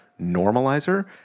normalizer